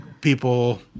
people